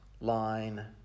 line